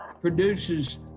produces